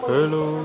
Hello